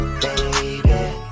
baby